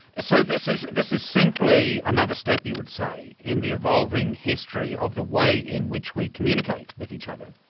so this is this is simply another step, you would say, say, in the evolving history of the way in which we communicate with each other.